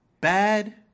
Bad